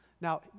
Now